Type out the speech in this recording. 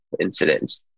incidents